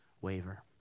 waiver